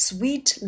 Sweet